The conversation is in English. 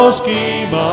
scheme